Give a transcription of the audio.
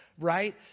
right